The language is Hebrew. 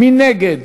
מי נגד?